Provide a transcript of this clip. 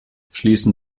schließen